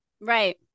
right